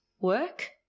work